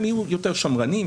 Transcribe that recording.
הם יהיו יותר שמרנים,